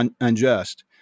unjust